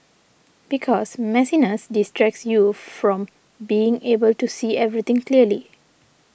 because messiness distracts you from being able to see everything clearly